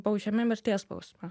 baudžiami mirties bausme